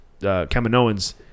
Kaminoans